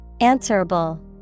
answerable